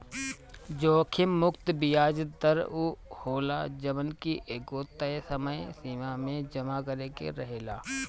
जोखिम मुक्त बियाज दर उ होला जवन की एगो तय समय सीमा में जमा करे के रहेला